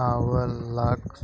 आंवलाक